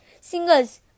Singers